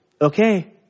okay